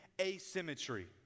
Asymmetry